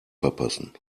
verpassen